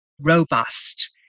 robust